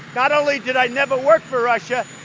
not only did i never work for russia,